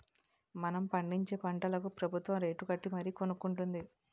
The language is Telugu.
మనం పండించే పంటలకు ప్రబుత్వం రేటుకట్టి మరీ కొనుక్కొంటుంది